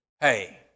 hey